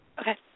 Okay